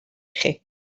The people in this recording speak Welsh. chi